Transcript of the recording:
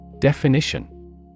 Definition